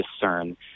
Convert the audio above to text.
discern